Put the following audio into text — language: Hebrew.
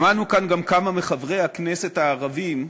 שמענו כאן גם כמה מחברי הכנסת הערבים,